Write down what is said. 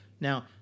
Now